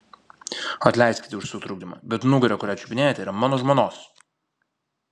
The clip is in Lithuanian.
atleiskite už sutrukdymą bet nugara kurią čiupinėjate yra mano žmonos